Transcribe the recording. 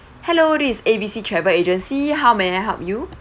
hello this A B C travel agency how may I help you